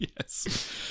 Yes